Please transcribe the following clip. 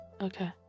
Okay